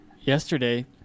yesterday